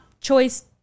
choice